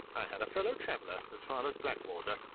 i had a fellow-traveller as far as blackwater,